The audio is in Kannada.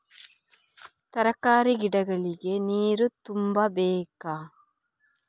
ತರಕಾರಿ ಗಿಡಗಳಿಗೆ ನೀರು ತುಂಬಬೇಕಾ?